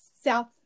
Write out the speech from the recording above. south